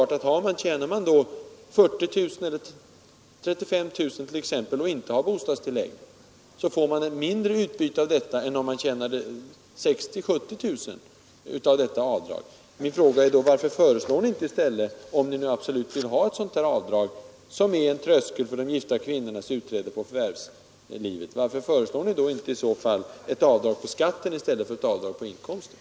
Tjänar man t.ex. 40 000 eller 35 000 kronor och inte har något bostadstillägg, får man självfallet mindre utbyte av detta avdrag än om man tjänar 60 000-70 000 kronor. Min fråga är då: Varför föreslår ni inte — om ni nu absolut vill ha ett sådant avdrag, som är en tröskel för de gifta kvinnornas utträde i arbetslivet — ett avdrag på skatten i stället för ett avdrag på inkomsten?